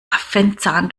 affenzahn